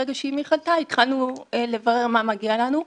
ברגע שאמי חלתה התחלנו לברר מה מגיע לנו.